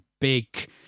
big